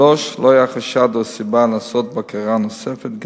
3. לא היה חשד או סיבה לעשות בקרה נוספת,